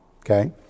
Okay